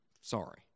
Sorry